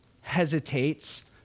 hesitates